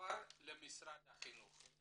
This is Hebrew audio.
תועבר למשרד החינוך.